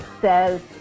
says